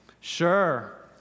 Sure